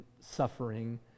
suffering